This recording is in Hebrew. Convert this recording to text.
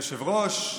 אדוני היושב-ראש,